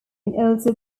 also